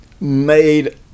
made